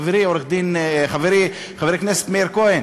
חברי עורך-דין, חבר הכנסת מאיר כהן,